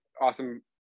awesome